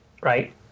right